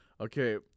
okay